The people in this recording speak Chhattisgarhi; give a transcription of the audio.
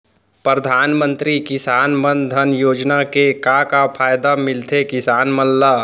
परधानमंतरी किसान मन धन योजना के का का फायदा मिलथे किसान मन ला?